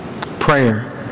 Prayer